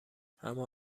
اما